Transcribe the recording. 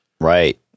Right